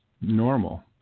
normal